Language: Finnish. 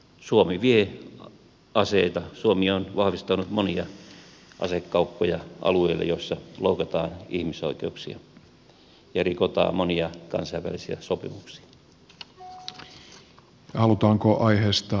suomi vie aseita suomi on vahvistanut monia asekauppoja alueille joissa loukataan ihmisoikeuksia ja rikotaan monia kansainvälisiä sopimuksia